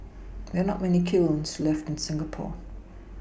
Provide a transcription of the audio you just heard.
there're not many kilns left in Singapore